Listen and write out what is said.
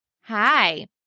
Hi